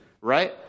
right